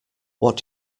what